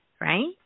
right